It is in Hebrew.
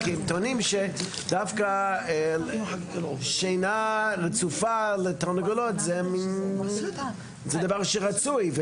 הם טוענים שדווקא שינה רצופה לתרנגולות זה דבר רצוי.